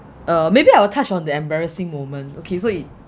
uh maybe I will touch on the embarrassing moment okay so it